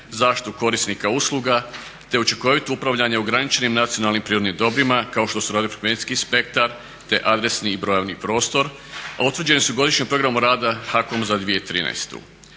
zaštitu korisnika usluga, te učinkovito upravljanje u ograničenim nacionalnim prirodnim dobrima kao što su radio-frekvencijski spektar, te adresni i brojevni prostor, a utvrđeni su godišnjim programom rada HAKOM-a za 2013.